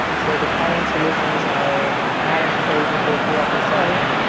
so the current solutions are not integrated with with react itself,